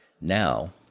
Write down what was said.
Now